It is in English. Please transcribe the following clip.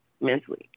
Mentally